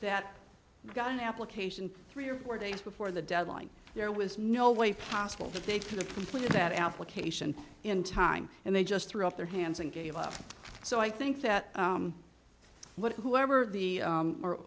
that got an application three or four days before the deadline there was no way possible that they for the completed that application in time and they just threw up their hands and gave up so i think that what whoever the